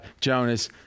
Jonas